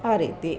ಆ ರೀತಿ